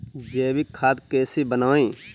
जैविक खाद कैसे बनाएँ?